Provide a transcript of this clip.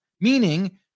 meaning